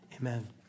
amen